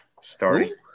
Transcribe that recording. starting